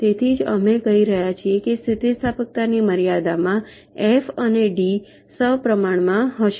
તેથી જ અમે કહી રહ્યા છીએ કે સ્થિતિસ્થાપકતા ની મર્યાદામાં એફ અને ડી સપ્રમાણ રહેશે